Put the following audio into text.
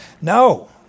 no